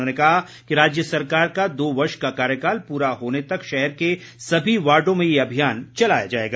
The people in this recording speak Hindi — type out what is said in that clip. उन्होंने कहा कि राज्य सरकार का दो वर्ष का कार्यकाल पूरा होने तक शहर के सभी वार्डो में ये अभियान चलाया जाएगा